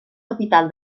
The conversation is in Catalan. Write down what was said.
capital